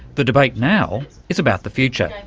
the debate now is about the future,